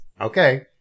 Okay